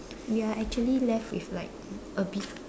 we are actually left with like a bit